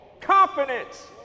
Confidence